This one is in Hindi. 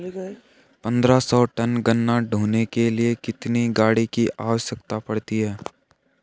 पन्द्रह सौ टन गन्ना ढोने के लिए कितनी गाड़ी की आवश्यकता पड़ती है?